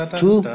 two